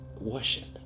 worship